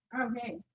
okay